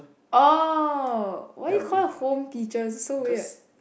oh why you call it home teacher is so weird